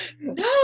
no